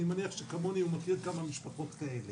אני מניח שכמוני הוא מכיר כמה משפחות כאלה.